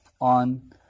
on